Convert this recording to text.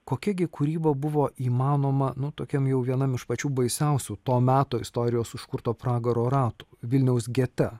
kokia gi kūryba buvo įmanoma nu tokiam jau vienam iš pačių baisiausių to meto istorijos užkurto pragaro ratų vilniaus gete